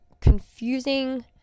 confusing